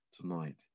Tonight